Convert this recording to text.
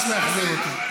אין מצב.